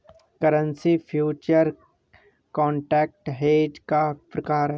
currency future contract hedge का प्रकार है